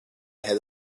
had